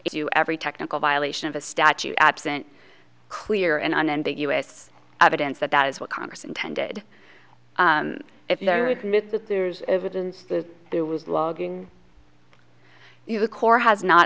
you every technical violation of a statute absent clear and unambiguous evidence that that is what congress intended if there is myth that there's evidence that there was logging the corps has not